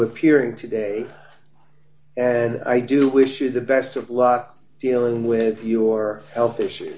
appearing today and i do wish you the best of luck dealing with your health issues